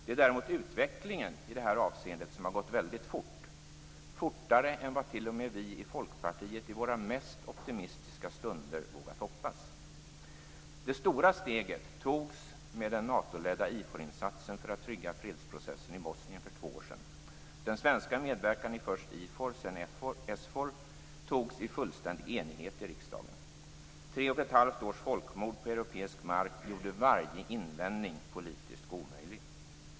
Däremot har utvecklingen i det här avseendet gått väldigt fort, fortare än vad t.o.m. vi i Folkpartiet i våra mest optimistiska stunder vågat hoppas. Det stora steget togs med den Natoledda IFOR-insatsen för att trygga fredsprocessen i Bosnien för två år sedan. Den svenska medverkan i först IFOR, sedan SFOR togs med fullständig enighet i riksdagen. Tre och ett halvt års folkmord på europeisk mark gjorde varje invändning politiskt omöjlig.